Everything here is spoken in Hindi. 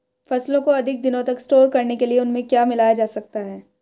फसलों को अधिक दिनों तक स्टोर करने के लिए उनमें क्या मिलाया जा सकता है?